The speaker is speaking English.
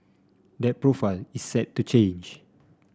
that profile is set to change